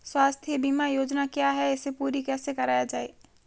स्वास्थ्य बीमा योजना क्या है इसे पूरी कैसे कराया जाए?